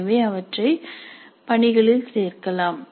எனவே அவற்றை பணிகளில் சேர்க்கலாம்